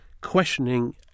questioning